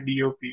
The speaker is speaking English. DOP